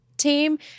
team